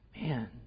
man